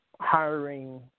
hiring